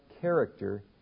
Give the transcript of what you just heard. character